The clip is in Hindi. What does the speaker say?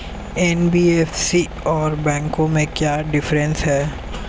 एन.बी.एफ.सी और बैंकों में क्या डिफरेंस है?